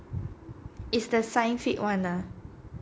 it's the sci-fic one ah